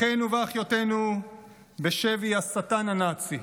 אחינו ואחיותינו בשבי השטן הנאצי,